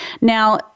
Now